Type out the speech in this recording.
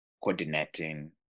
coordinating